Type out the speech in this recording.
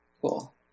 Cool